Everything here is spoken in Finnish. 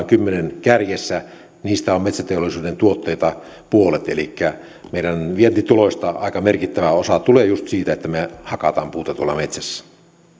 kymmenen kärjessä olevia vientiartikkeleita niin niistä on metsäteollisuuden tuotteita puolet elikkä meidän vientituloistamme aika merkittävä osa tulee just siitä että me hakkaamme puuta tuolla metsässä